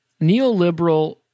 neoliberal